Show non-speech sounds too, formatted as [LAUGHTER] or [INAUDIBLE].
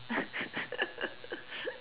[LAUGHS]